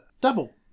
double